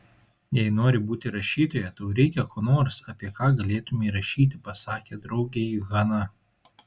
jei nori būti rašytoja tau reikia ko nors apie ką galėtumei rašyti pasakė draugei hana